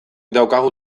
daukagu